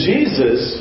Jesus